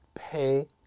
pay